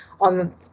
on